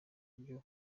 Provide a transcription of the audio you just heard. uburyo